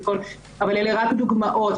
אבל אלה רק דוגמאות,